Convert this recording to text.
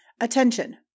Attention